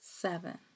Seven